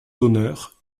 honneurs